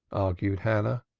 argued hannah.